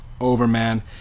overman